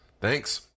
Thanks